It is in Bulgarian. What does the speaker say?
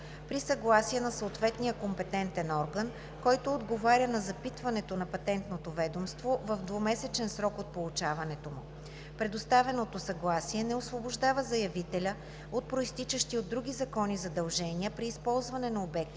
при съгласие на съответния компетентен орган, който отговаря на запитването на Патентното ведомство в двумесечен срок от получаването му. Предоставеното съгласие не освобождава заявителя от произтичащи от други закони задължения при използването на обектите